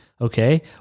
Okay